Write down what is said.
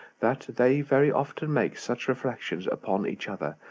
that they very often make such reflections upon each other,